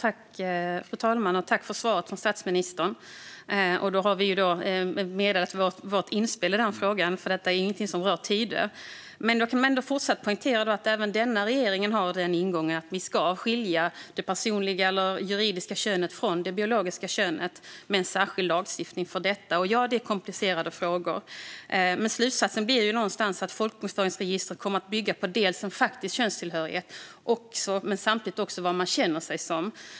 Fru talman! Tack för svaret, statsministern! Vi har meddelat vårt inspel i den frågan. Detta är ingenting som rör Tidöavtalet. Jag kan fortsatt poängtera att även denna regering har ingången att vi ska skilja det juridiska könet från det biologiska könet med en särskild lagstiftning för detta. Ja, det är komplicerade frågor. Men slutsatsen blir någonstans att folkbokföringsregistret kommer att bygga på en faktiskt könstillhörighet men samtidigt också vad man känner sig som.